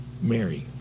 Mary